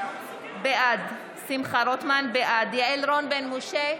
בעד יעל רון בן משה,